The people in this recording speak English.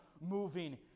moving